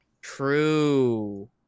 True